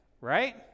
right